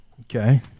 Okay